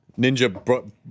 Ninja